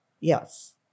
Yes